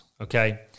Okay